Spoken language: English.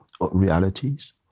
realities